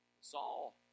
Saul